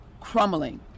crumbling